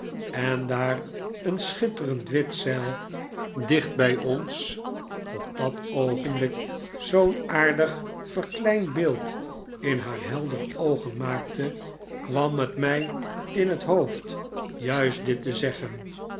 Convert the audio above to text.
en daar een schitterend wit zeil dicht bij ons op dat oogenblik zoo'n aardig verkleind beeld in haar heldere oogen maakte kwam het mij in het hoofd juist dit te zeggen